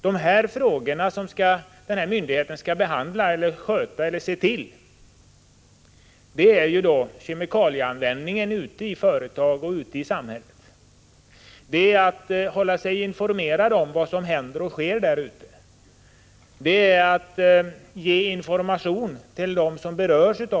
De frågor som myndigheten har att se till är kemikalieanvändningen ute i företagen, ute i samhället. Myndigheten skall hålla sig informerad om vad som händer och sker, den skall ge information till dem som berörs.